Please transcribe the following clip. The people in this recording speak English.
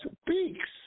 speaks